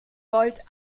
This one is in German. volt